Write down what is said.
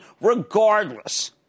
regardless